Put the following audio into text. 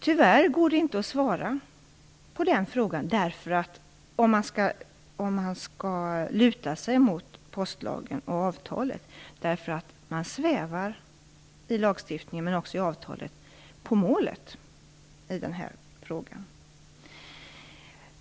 Tyvärr går det inte att svara på den frågan om man skall luta sig mot postlagen och avtalet, eftersom man i lagstiftningen och även i avtalet svävar på målet i den här frågan.